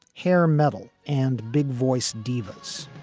hair, metal and big voice divas